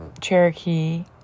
Cherokee